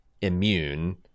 immune